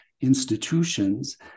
institutions